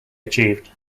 achieved